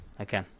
Okay